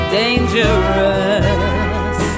dangerous